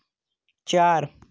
चार